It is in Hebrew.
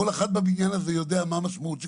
כל אחד בבניין הזה יודע מה המשמעות של